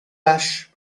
ash